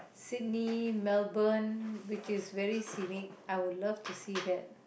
Sydney Melbourne which is very scenic I would love to see that